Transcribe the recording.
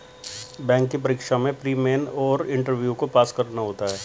bank की परीक्षा में प्री, मेन और इंटरव्यू को पास करना होता है